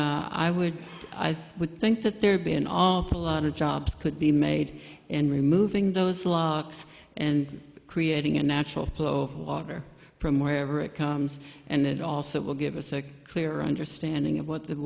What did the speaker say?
and i would i think would think that there be an awful lot of jobs could be made in removing those locks and creating a natural flow of water from wherever it comes and it also will give us a clear understanding of what the